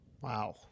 Wow